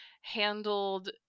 handled